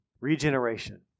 regeneration